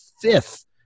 fifth